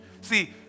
See